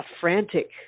frantic